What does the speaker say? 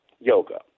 yoga